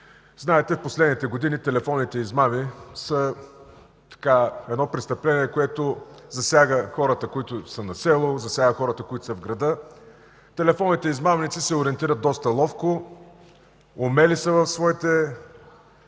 Знаете в последните години телефонните измами са едно престъпление, което засяга хората, които са на село, засяга хората, които са в града. Телефонните измамници се ориентират доста ловко, умели са в своите